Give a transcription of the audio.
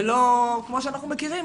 ולא כמו שאנחנו מכירים,